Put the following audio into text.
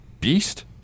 Beast